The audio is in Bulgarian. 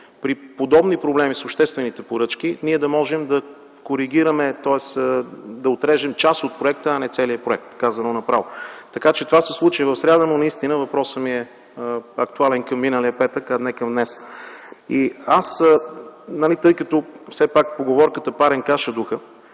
при подобни проблеми с обществените поръчки ние да можем да коригираме, тоест да отрежем част от проекта, а не целия проект – казано направо. Така че това се случи в сряда, но наистина въпросът е актуален към миналия петък, а не към днешния. Тъй като поговорката е: „Парен каша духа”